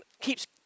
keeps